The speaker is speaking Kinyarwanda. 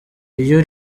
iyo